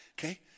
Okay